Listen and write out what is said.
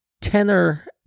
tenor